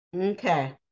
Okay